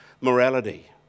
morality